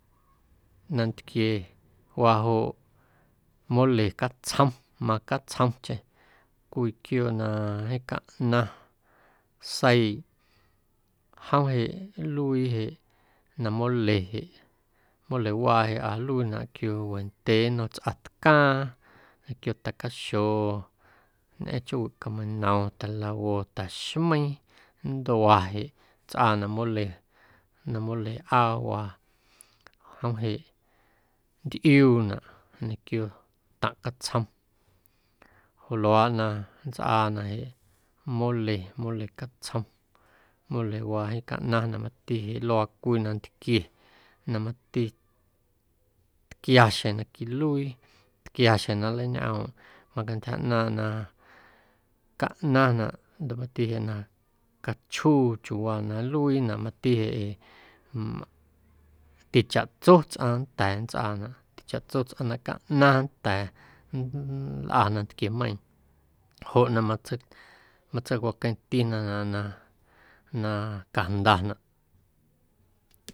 Nantquiewaa joꞌ mole catsjom macatsjomcheⁿ cwii quiooꞌ na jeeⁿ caꞌnaⁿ seiiꞌ jom jeꞌ nluii jeꞌ na mole jeꞌ molewaa jeꞌa nluiinaꞌ ñequio wendyee nnom tsꞌatcaaⁿ ñequio ta̱caxo ñꞌeⁿ chjoowiꞌ cameinom ta̱a̱lawo ta̱xmeiiⁿ nntua jeꞌ nntsꞌaanaꞌ mole na moleꞌaawaa jom jeꞌ nntꞌiuunaꞌ ñequio taⁿꞌ catsjom joꞌ luaꞌ na nntsꞌaanaꞌ jeꞌ mole, mole catsjom molewaa jeeⁿ caꞌnaⁿnaꞌ mati jeꞌ luaa cwii nantquie na mati tquiaxjeⁿ na quiluii, tquiaxjeⁿ na nleiñꞌoomꞌ macantyja ꞌnaaⁿꞌ na caꞌnaⁿnaꞌ ndoꞌ mati jeꞌ na cachjuu chiuuwaa na nluiinaꞌ mati jeꞌ ee tichaꞌtso tsꞌaⁿ nnda̱a̱ nntsꞌaanaꞌ tichaꞌtso tsꞌaⁿ na caꞌnaⁿ nnda̱a̱ nlꞌa nantquiemeiiⁿ joꞌ na matsei matseicwaqueⁿtinaꞌ na na cajndanaꞌ.